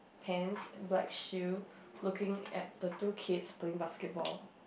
pants and black shoe looking at the two kids playing basketball